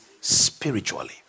spiritually